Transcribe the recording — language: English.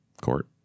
court